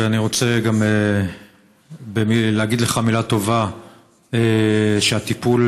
ואני רוצה גם להגיד לך מילה טובה על כך שהטיפול,